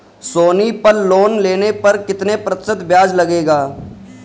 सोनी पल लोन लेने पर कितने प्रतिशत ब्याज लगेगा?